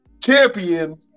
champion